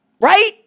Right